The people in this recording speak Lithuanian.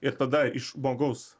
ir tada iš žmogaus